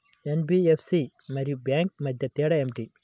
NBFC మరియు bank మధ్య తేడా ఏమిటీ?